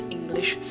English